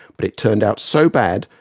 but it turned out so bad,